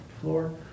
floor